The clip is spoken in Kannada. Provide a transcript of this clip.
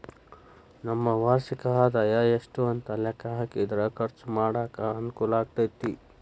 ನಮ್ಮ ವಾರ್ಷಿಕ ಆದಾಯ ಎಷ್ಟು ಅಂತ ಲೆಕ್ಕಾ ಹಾಕಿದ್ರ ಖರ್ಚು ಮಾಡಾಕ ಅನುಕೂಲ ಆಗತೈತಿ